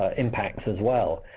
ah impacts as well,